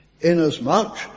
Inasmuch